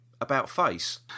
about-face